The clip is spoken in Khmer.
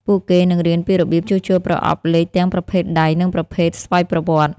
ពួកគេនឹងរៀនពីរបៀបជួសជុលប្រអប់លេខទាំងប្រភេទដៃនិងប្រភេទស្វ័យប្រវត្តិ។